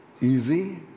easy